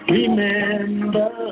Remember